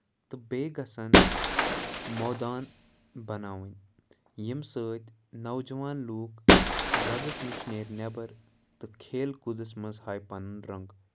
تہٕ بیٚیہِ گژھن مٲدان بَناوٕنۍ ییٚمہِ سۭتۍ نوجوان لُکھ ڈرگٕس نِش نیرِ نٮ۪بر تہٕ کھیل کوٗدَس منٛز ہایہِ پَنُن رَنگ